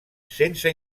sense